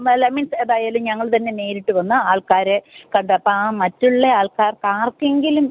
ഏതായാലും ഞങ്ങൾ തന്നെ നേരിട്ട് വന്ന് ആൾക്കാരെ കണ്ടെത്താം മറ്റുള്ള ആൾക്കാർക്ക് ആർക്കെങ്കിലും